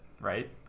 right